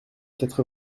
quatre